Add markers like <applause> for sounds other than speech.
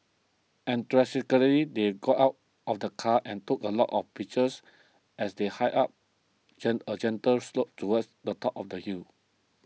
<unintelligible> they got out of the car and took a lot of pictures as they hiked up <unintelligible> a gentle slope towards the top of the hill